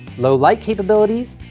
low-light capabilities,